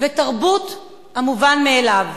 ו"תרבות המובן מאליו".